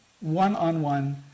one-on-one